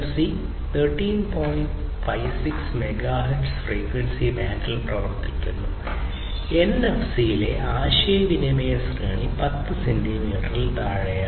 56 MHz frequency ബാൻഡിൽ പ്രവർത്തിക്കുന്നു NFC യിലെ ആശയവിനിമയ ശ്രേണി 10 സെന്റിമീറ്ററിൽ താഴെയാണ്